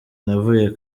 navuye